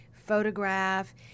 photograph